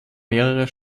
mehrerer